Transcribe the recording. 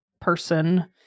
person